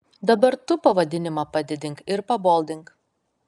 dabar tu pavadinimą padidink ir paboldink